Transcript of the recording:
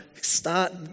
start